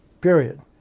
Period